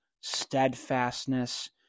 steadfastness